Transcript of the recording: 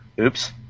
oops